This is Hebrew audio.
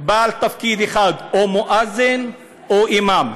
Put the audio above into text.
בעל תפקיד אחד, או מואזין או אימאם.